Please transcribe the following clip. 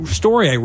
story